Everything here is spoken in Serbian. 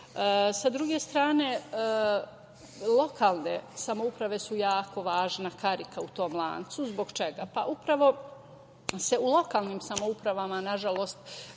druge strane, lokalne samouprave su jako važna karika u tom lancu. Zbog čega? Pa, upravo se u lokalnim samoupravama, nažalost,